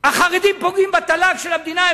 לא,